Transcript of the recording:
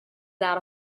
that